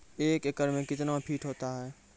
एक एकड मे कितना फीट होता हैं?